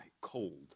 cold